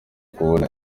kubona